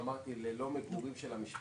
אמרתי: ללא מגורים של המשפחה,